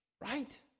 Right